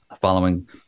following